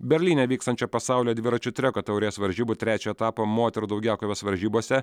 berlyne vykstančio pasaulio dviračių treko taurės varžybų trečio etapo moterų daugiakovės varžybose